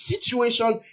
situation